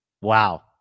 Wow